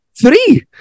Three